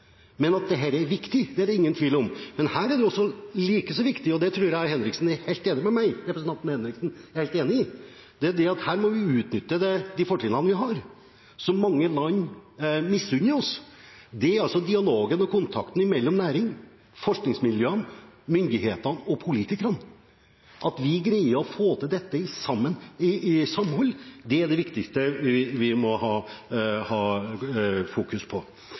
At dette er viktig, er det ingen tvil om, men det er like viktig – og det tror jeg representanten Henriksen er helt enig i – at vi her må utnytte de fortrinnene vi har, som mange land misunner oss, og det er dialogen og kontakten mellom næringen, forskningsmiljøene, myndighetene og politikerne. At vi greier å få til dette sammen, er det viktigste vi må fokusere på. Jeg jobber som sagt med å ferdigstille et forslag til forskrift for uttak og utnytting av genetisk materiale. Jeg skal også legge fram en bioøkonomistrategi nå på